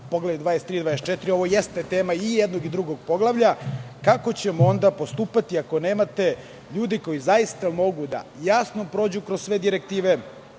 Poglavlja 23. i 24, ovo jeste tema i jednog i drugog poglavlja. Kako ćemo onda postupati, ako nemate ljude koji mogu jasno da prođu kroz sve direktive,